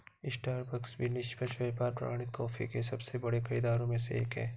Starbucks भी निष्पक्ष व्यापार प्रमाणित कॉफी के सबसे बड़े खरीदारों में से एक है